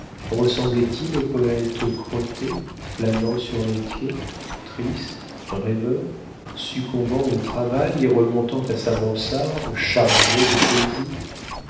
ressemblait il au poëte crotté flânant sur les quais triste rêveur succombant au travail et remontant à sa mansarde chargé de poésie